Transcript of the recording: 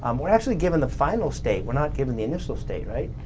um we're actually given the final state we're not given the initial state right.